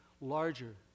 larger